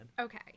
okay